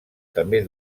també